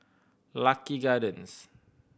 Lucky Gardens